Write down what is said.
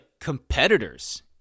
competitors